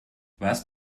warst